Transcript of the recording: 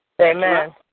Amen